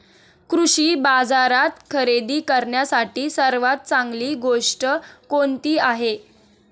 कृषी बाजारात खरेदी करण्यासाठी सर्वात चांगली गोष्ट कोणती आहे?